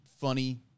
funny